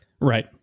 Right